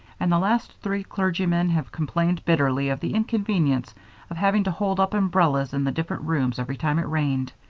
and the last three clergymen have complained bitterly of the inconvenience of having to hold up umbrellas in the different rooms every time it rained.